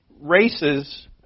races